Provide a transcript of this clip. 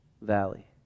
valley